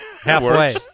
Halfway